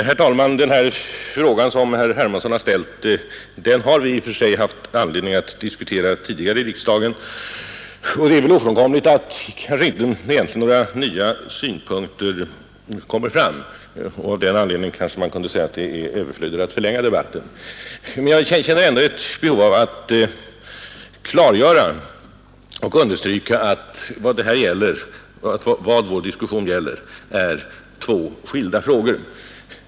Herr talman! Den fråga som herr Hermansson har ställt har vi haft anledning att diskutera tidigare i riksdagen, och sedan dess har egentligen inte några nya synpunkter kommit fram. Av den anledningen kunde man kanske säga att det är överflödigt att förlänga debatten. Men jag känner ändå ett behov av att klargöra och understryka att vad vår diskussion gäller är två skilda frågor.